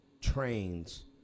trains